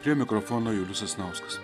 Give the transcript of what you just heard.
prie mikrofono julius sasnauskas